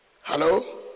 hello